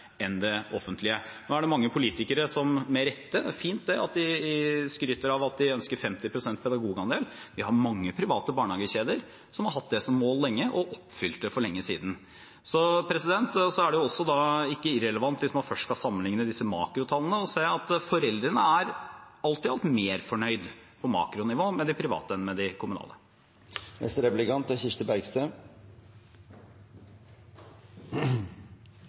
enn det offentlige. Nå er det mange politikere som – med rette – skryter av at de ønsker en 50 pst. pedagogandel, det er fint det, vi har mange private barnehagekjeder som har hatt det som mål lenge og oppfylt det for lenge siden. Det er heller ikke irrelevant – hvis man først skal sammenligne disse makrotallene – å se at foreldrene alt i alt er mer fornøyd på makronivå med de private enn med de